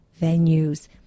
venues